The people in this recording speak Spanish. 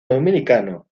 dominicano